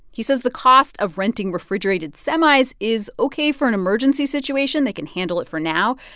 he says the cost of renting refrigerated semis is ok for an emergency situation. they can handle it for now.